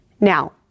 Now